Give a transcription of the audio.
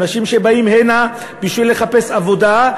לאנשים שבאים הנה בשביל לחפש עבודה,